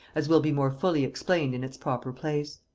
as will be more fully explained in its proper place.